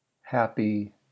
happy